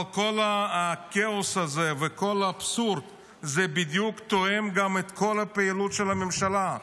אבל כל הכאוס הזה וכל האבסורד תואם בדיוק גם את כל הפעילות של הממשלה.